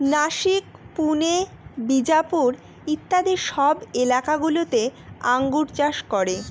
নাসিক, পুনে, বিজাপুর ইত্যাদি সব এলাকা গুলোতে আঙ্গুর চাষ করে